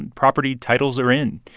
and property titles are in.